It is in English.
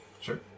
Sure